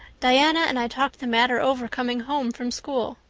diana and i talked the matter over coming home from school.